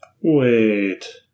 Wait